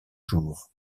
jour